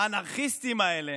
האנרכיסטים האלה